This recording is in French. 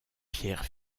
pierre